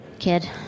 kid